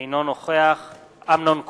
אינו נוכח אמנון כהן,